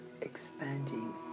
expanding